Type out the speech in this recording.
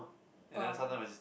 and then sometime my sis